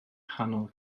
nghanol